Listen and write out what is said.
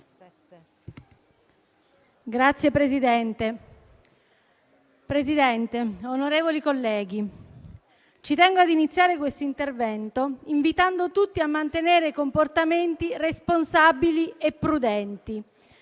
*(M5S)*. Signor Presidente, onorevoli colleghi, ci tengo ad iniziare questo intervento, invitando tutti a mantenere comportamenti responsabili e prudenti,